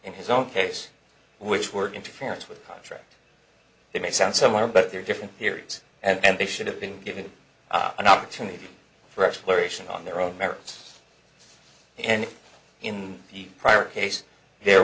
in his own case which were interference with contract it may sound somewhere but there are different theories and they should have been given an opportunity for exploration on their own merits and in the prior case there